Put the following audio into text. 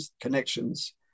connections